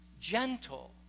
gentle